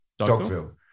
dogville